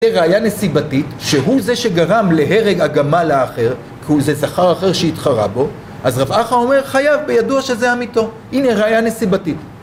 ראייה נסיבתית שהוא זה שגרם להרג הגמל האחר כי הוא זה זכר אחר שהתחרה בו אז רבעכה אומר חייב וידוע שזה אמיתו הנה ראייה נסיבתית